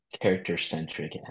character-centric